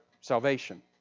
salvation